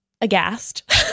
aghast